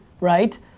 right